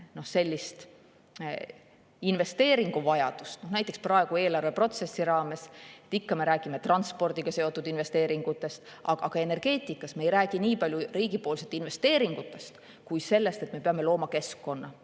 puhul sellist investeeringuvajadust ... Näiteks praegu, eelarveprotsessi raames me räägime transpordiga seotud investeeringutest, aga energeetikas me ei räägi nii palju riigi investeeringutest kui sellest, et me peame looma keskkonda.